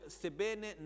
sebbene